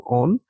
on